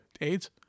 AIDS